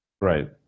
Right